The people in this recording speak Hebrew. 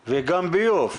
ביוב.